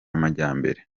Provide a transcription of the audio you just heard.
amajyambere